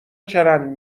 چرند